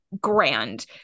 grand